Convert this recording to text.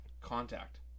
contact